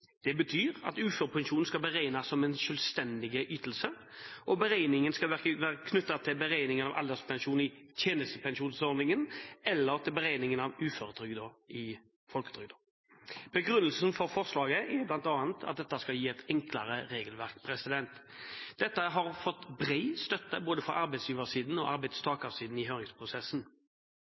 Det betyr at uførepensjonen skal beregnes som en selvstendig ytelse, og beregningen skal verken være knyttet til beregningen av alderspensjon i tjenestepensjonsordningen eller til beregningen av uføretrygd i folketrygden. Begrunnelsen for forslaget er bl.a. at dette skal gi et enklere regelverk. Dette har fått bred støtte fra både arbeidsgiversiden og arbeidstakersiden i høringsprosessen.